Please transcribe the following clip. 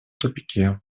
тупике